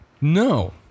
No